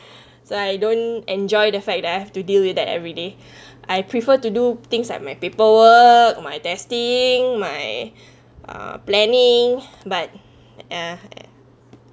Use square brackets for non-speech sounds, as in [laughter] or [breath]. so I don't enjoy the fact that I have to deal with that every day [breath] I prefer to do things like my paperwork my testing my [breath] ah planning but ah